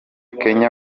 kanye